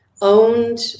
owned